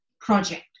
project